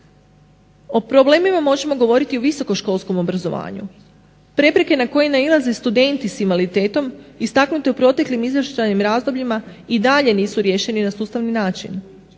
O problemima možemo govoriti u visoko školskom obrazovanju. Prepreke na koje nailaze studenti sa invaliditetom istaknute u proteklim izvještajnim razdobljima i dalje nisu riješeni na sustavni način.